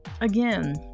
Again